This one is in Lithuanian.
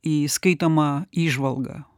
į skaitomą įžvalgą